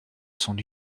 son